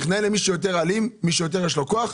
נכנעים למי שיותר אלים ולמי שיש לו יותר כוח.